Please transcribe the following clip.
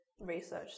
research